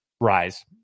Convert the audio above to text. rise